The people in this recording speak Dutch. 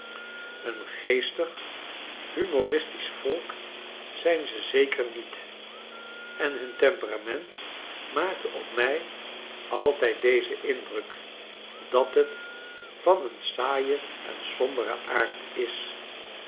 een geestig humoristisch volk zijn ze zeker niet en hun temperament maakte op mij altijd dezen indruk dat het van een saaien en somberen aard is